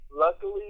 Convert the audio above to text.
luckily